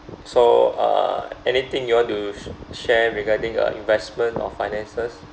so uh anything you want to sh~ share regarding uh investment or finances